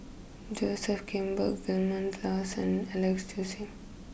Joseph Grimberg Vilma Laus and Alex Josey